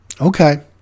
okay